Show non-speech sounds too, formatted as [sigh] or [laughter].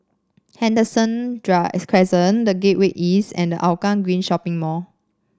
Henderson [unintelligible] Crescent The Gateway East and Hougang Green Shopping Mall